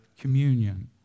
communion